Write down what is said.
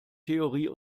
theorie